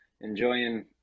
enjoying